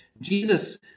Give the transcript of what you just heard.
Jesus